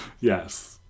Yes